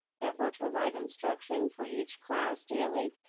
that virtual live instruction for each class daily.